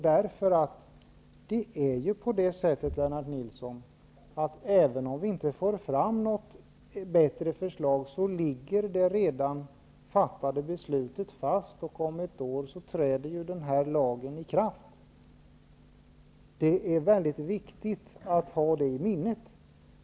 Det är ju på det sättet, Lennart Nilsson, att om vi inte får fram något bättre förslag så ligger det redan fattade beslutet fast, och om ett år träder lagen i kraft. Det är väldigt viktigt att ha det i minnet.